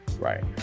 Right